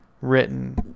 written